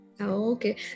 okay